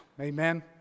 Amen